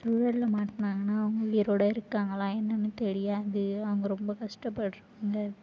சுழலில் மாட்டுனாங்கன்னா அவங்க உயிரோட இருக்காங்களா என்னன்னு தெரியாது அவங்க ரொம்ப கஷ்டப்படுறவங்க